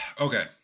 Okay